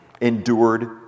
endured